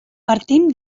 partim